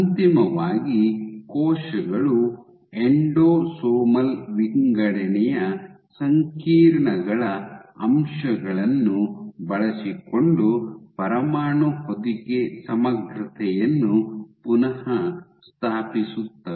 ಅಂತಿಮವಾಗಿ ಕೋಶಗಳು ಎಂಡೋಸೋಮಲ್ ವಿಂಗಡಣೆಯ ಸಂಕೀರ್ಣಗಳ ಅಂಶಗಳನ್ನು ಬಳಸಿಕೊಂಡು ಪರಮಾಣು ಹೊದಿಕೆ ಸಮಗ್ರತೆಯನ್ನು ಪುನಃಸ್ಥಾಪಿಸುತ್ತವೆ